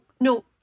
no